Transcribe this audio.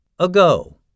Ago